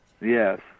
Yes